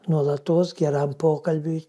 nuolatos geram pokalbiui